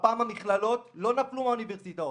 הפעם המכללות לא נפלו מהאוניברסיטאות,